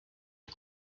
est